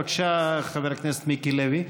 בבקשה, חבר הכנסת מיקי לוי.